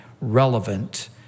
relevant